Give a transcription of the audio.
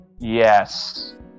Yes